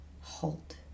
halt